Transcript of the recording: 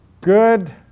good